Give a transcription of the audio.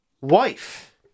wife